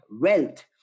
wealth